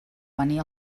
venir